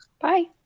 Bye